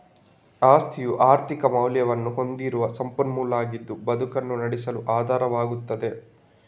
ಆಸ್ತಿಯು ಆರ್ಥಿಕ ಮೌಲ್ಯವನ್ನ ಹೊಂದಿರುವ ಸಂಪನ್ಮೂಲ ಆಗಿದ್ದು ಬದುಕನ್ನ ನಡೆಸಲು ಆಧಾರವಾಗ್ತದೆ